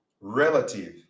Relative